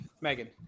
Megan